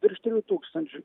virš trijų tūkstančių